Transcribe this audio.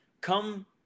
come